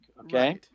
Okay